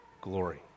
glory